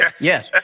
Yes